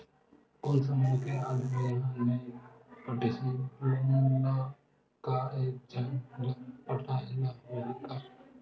कोन समूह के आदमी हा नई पटाही लोन ला का एक झन ला पटाय ला होही का?